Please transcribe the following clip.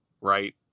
right